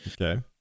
Okay